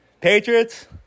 Patriots